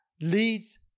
leads